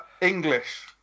English